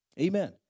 Amen